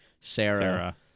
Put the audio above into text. Sarah